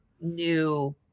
new